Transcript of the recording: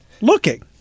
looking